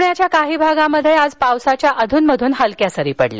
पुण्याच्या काही भागात आज पावसाच्या अधूनमधून हलक्या सरी पडल्या